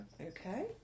Okay